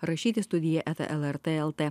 rašyt į studiją eta lrt el te